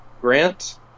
Grant